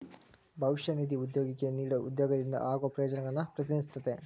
ಭವಿಷ್ಯ ನಿಧಿ ಉದ್ಯೋಗಿಗೆ ನೇಡೊ ಉದ್ಯೋಗದಿಂದ ಆಗೋ ಪ್ರಯೋಜನಗಳನ್ನು ಪ್ರತಿನಿಧಿಸುತ್ತದೆ